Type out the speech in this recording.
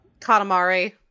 Katamari